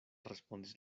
respondis